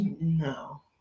No